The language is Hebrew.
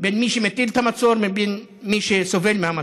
בין מי שמטיל את המצור לבין מי שסובל מהמצור.